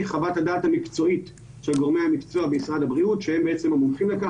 חוות הדעת המקצועית של גורמי המקצוע במשרד הבריאות שהם בעצם המומחים לכך.